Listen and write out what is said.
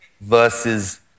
versus